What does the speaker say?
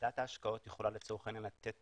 ועדת ההשקעות יכולה לצורך העניין לתת